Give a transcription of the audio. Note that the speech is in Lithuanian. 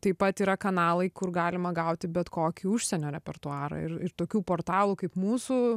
taip pat yra kanalai kur galima gauti bet kokį užsienio repertuarą ir ir tokių portalų kaip mūsų